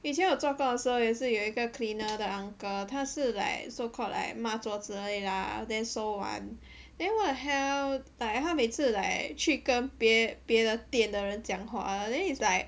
以前我做工的时候也是有一个 cleaner 的 uncle 他是来 so called 来抹桌子而已 lah then 收碗 then what the hell like 他每次 like 去跟别别的店的人讲话 then it's like